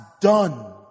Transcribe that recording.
done